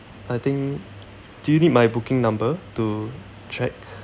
I think do you need my booking number to check